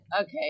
Okay